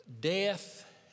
death